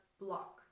block